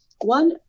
One